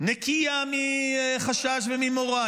נקייה מחשש וממורא.